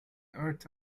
earth